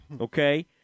okay